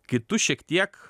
kai tu šiek tiek